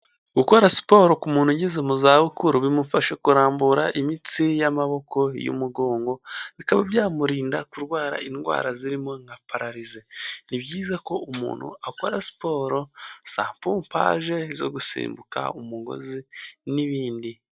Gukora siporo ku muntu ugeze mu za bukuru, bimufasha kurambura imitsi y'amaboko, iy'umugongo, bikaba byamurinda kurwara indwara zirimo nka pararise. Ni byiza ko umuntu akora siporo za pompaje, izo gusimbuka umugozi n'ibindi.